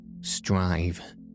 Strive